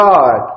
God